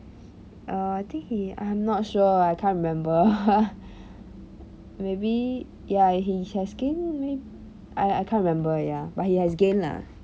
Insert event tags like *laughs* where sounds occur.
err I think he I'm not sure I can't remember *laughs* maybe ya he has gained mayb~ I I can't remember ya but he has gained lah